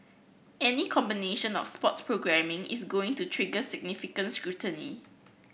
any combination of sports programming is going to trigger significant scrutiny